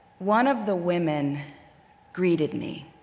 one of the women greeted me.